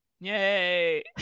yay